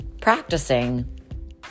practicing